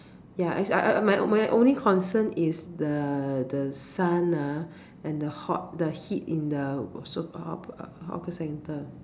ya its my only concern is the the sun ah and the hot the heat in the so called hawker centre